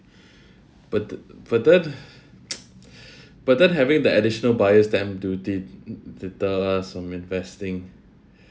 but~ but then but then having the additional buyer stamp duty deters some investing